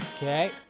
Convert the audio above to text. Okay